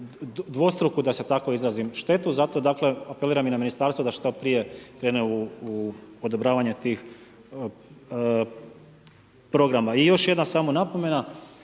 dvostruku, da se tako izrazim štetu. Zato dakle apeliram i na Ministarstvo da što prije krene u odobravanje tih programa. I još jedna samo napomena.